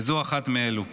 וזו אחת מאלו.